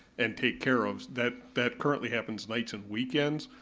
and take care of. that that currently happens nights and weekends.